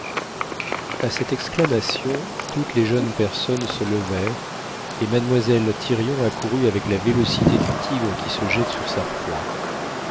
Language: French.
a cette exclamation toutes les jeunes personnes se levèrent et mademoiselle thirion accourut avec la vélocité du tigre qui se jette sur sa proie